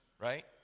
Right